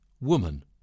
woman